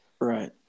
Right